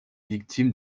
victime